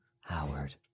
Howard